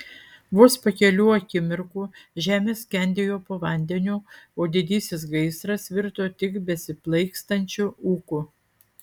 vos po kelių akimirkų žemė skendėjo po vandeniu o didysis gaisras virto tik besiplaikstančiu ūku